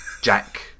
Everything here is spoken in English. Jack